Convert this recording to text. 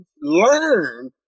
learn